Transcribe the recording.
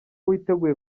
witeguye